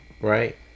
right